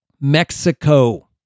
Mexico